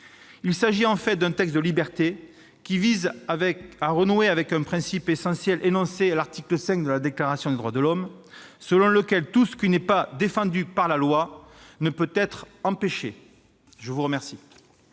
Il s'agit en fait d'un texte de liberté, qui vise à renouer avec un principe essentiel énoncé à l'article V de la Déclaration des droits de l'homme et du citoyen de 1789, selon lequel « tout ce qui n'est pas défendu par la loi ne peut être empêché ». La parole